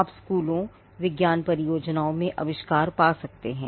आप स्कूलों विज्ञान परियोजनाओं में आविष्कार पा सकते हैं